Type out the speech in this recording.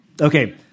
Okay